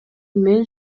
мен